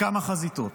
בכמה חזיתות,